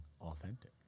authentic